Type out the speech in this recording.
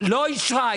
לא אישרה.